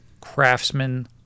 Craftsman